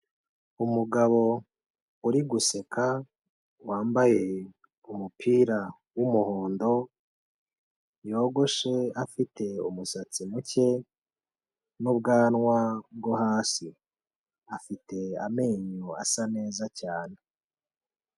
Umugabo uri guseka wambaye umupira w'umuhondo, yogoshe afite umusatsi muke n'ubwanwa bwo hasi, afite amenyo asa neza cyane.